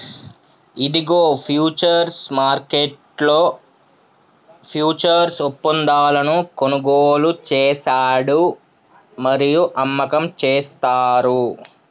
ఇదిగో ఫ్యూచర్స్ మార్కెట్లో ఫ్యూచర్స్ ఒప్పందాలను కొనుగోలు చేశాడు మరియు అమ్మకం చేస్తారు